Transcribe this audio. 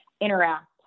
interact